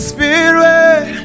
Spirit